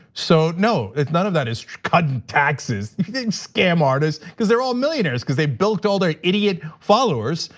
so no, none of that is, cutting taxes, scam artists, cuz they're all millionaires cuz they bilked all their idiot followers.